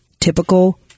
typical